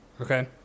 Okay